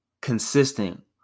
consistent